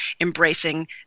embracing